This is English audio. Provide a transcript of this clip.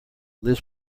liz